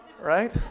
right